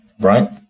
right